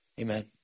Amen